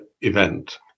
event